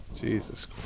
Jesus